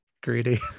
greedy